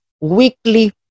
weekly